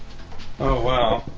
oh wow